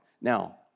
Now